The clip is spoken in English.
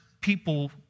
people